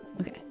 Okay